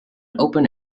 open